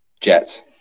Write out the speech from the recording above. jets